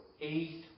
eight